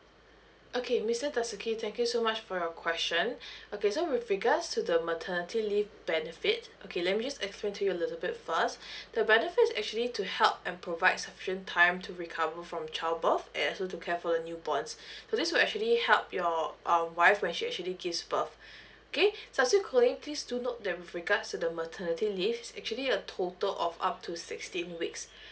okay mister dasuki thank you so much for your question okay so with regards to the maternity leave benefit okay let me just explain to you a little bit first the benefit is actually to help and provide sufficient time to recover from child birth and also to care for the new born so this will actually help your uh wife when she actually gives birth okay so as you're calling please do note that with regards to the maternity leaves it's actually a total of up to sixteen weeks